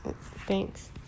thanks